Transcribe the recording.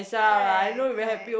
correct correct